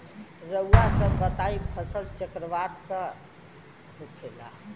रउआ सभ बताई फसल चक्रवात का होखेला?